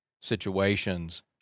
situations